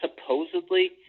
supposedly